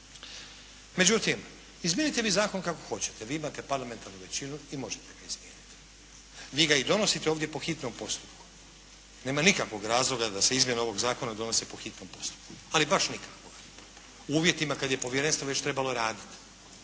Međutim, izmijenite vi zakon kako hoćete, vi imate parlamentarnu većinu i možete ga izmijeniti. Vi ga i donosite ovdje po hitnom postupku. Nema nikakvog razloga da se izmjena ovog zakona donosi po hitnom postupku, ali baš nikakvog, u uvjetima kad je povjerenstvo već trebalo raditi,